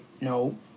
No